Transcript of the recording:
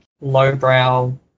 lowbrow